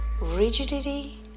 rigidity